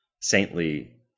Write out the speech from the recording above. saintly